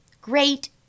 great